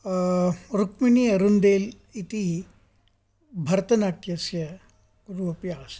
Rukmini Arundale इति भरतनाट्यस्य गुरु अपि आसीत्